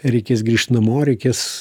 reikės grįžt namo reikės